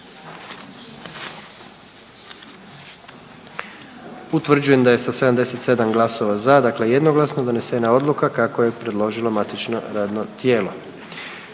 Utvrđujem da je sa 77 glasova za dakle jednoglasno donesena odluka kako je predložilo matično radno tijelo.